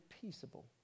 peaceable